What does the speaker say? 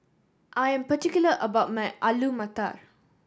I am particular about my Alu Matar